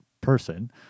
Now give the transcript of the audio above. person